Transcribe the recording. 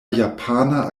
japana